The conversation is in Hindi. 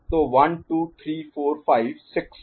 तो 1 2 3 4 5 6 7